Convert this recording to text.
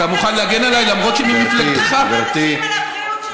אתה מזלזל פה במאבק של אנשים על הבריאות שלהם.